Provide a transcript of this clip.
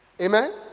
Amen